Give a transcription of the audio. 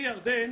מלך ירדן